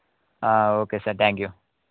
okay sir thank you